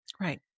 Right